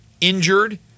injured